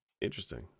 interesting